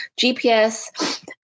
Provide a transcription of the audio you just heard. GPS